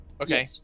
Okay